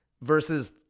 Versus